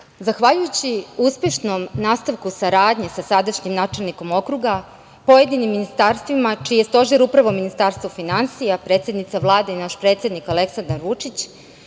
BDP.Zahvaljujući uspešnom nastavku saradnje sa sadašnjim načelnikom okruga, pojedinim ministarstvima čiji je stožer upravo Ministarstvo finansija, predsednica Vlade i naš predsednik Aleksandar Vučić,